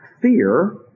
fear